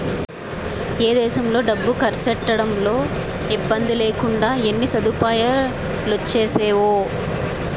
ఏ దేశంలో డబ్బు కర్సెట్టడంలో ఇబ్బందిలేకుండా ఎన్ని సదుపాయాలొచ్చేసేయో